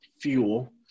fuel